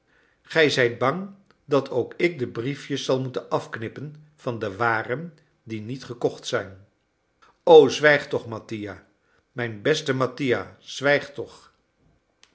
gij zijt bang dat ook ik de briefjes zal moeten afknippen van de waren die niet gekocht zijn o zwijg toch mattia mijn beste mattia zwijg toch